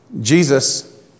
Jesus